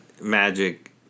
Magic